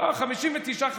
59 59,